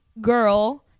girl